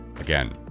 again